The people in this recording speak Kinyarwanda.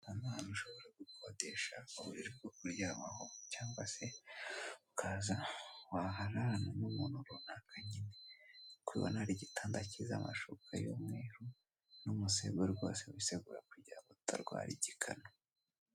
Aha ni hantu ushobora gukodesha uburiri bwo kuryamaho, cyangwa se ukaza wahararana n'umuntu runaka nyine. Nk'uko ubibona hari igitanda cyiza, amashuka y'umweru, n'umusego wisegura rwose kugira ngo utarwara igikanu.